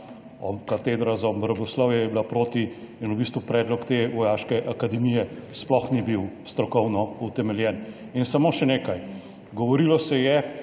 Katedra za obramboslovje je bila proti in v bistvu predlog te vojaške akademije sploh ni bil strokovno utemeljen. In samo še nekaj. Govorilo se je